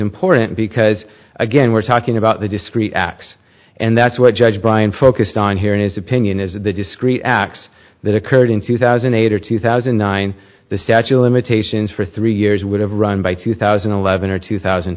important because again we're talking about the discrete acts and that's what judge brian focused on here in his opinion is that the discrete acts that occurred in two thousand and eight or two thousand and nine the statute of limitations for three years would have run by two thousand and eleven or two thousand